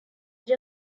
age